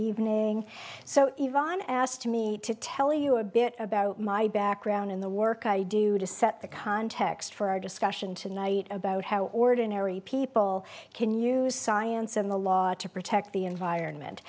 evening so iran asked me to tell you a bit about my background in the work i do to set the context for our discussion tonight about how ordinary people can use science and the law to protect the environment